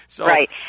Right